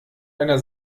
einer